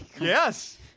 yes